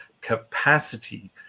capacity